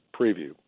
preview